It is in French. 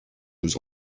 nous